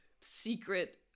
secret